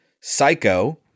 Psycho